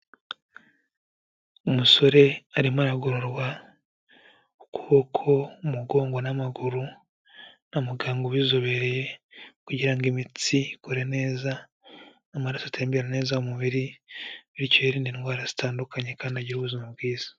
Umusore arimo aragororwa ukuboko, umugongo n'amaguru na muganga ubizobereye kugira ngo imitsi ikore neza, amaraso atembera neza mu umubiri, bityo yirindade indwara zitandukanye kandi agira ubuzima bwiza.